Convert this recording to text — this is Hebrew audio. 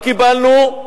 ומה קיבלנו?